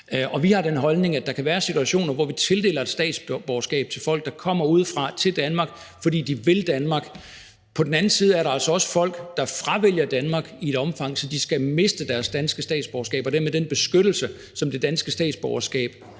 Vi har den holdning, at der kan være situationer, hvor vi tildeler statsborgerskab til folk, der kommer udefra til Danmark, fordi de vil Danmark, men på den anden side er der altså også folk, der fravælger Danmark i et omfang, så de skal miste deres danske statsborgerskab og dermed den beskyttelse, som det danske statsborgerskab